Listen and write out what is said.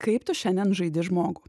kaip tu šiandien žaidi žmogų